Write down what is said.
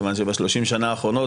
כיוון שב-30 שנה האחרונות,